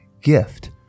gift